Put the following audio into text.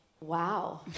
wow